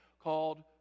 called